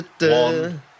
one